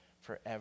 forever